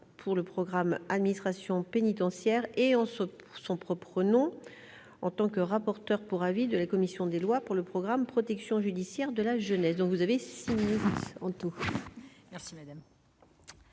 pour le programme Administration pénitentiaire et en sous son propre nom, en tant que rapporteur pour avis de la commission des lois pour le programme protection judiciaire de la jeunesse, dont vous avez. En tout, merci, madame.